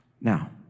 Now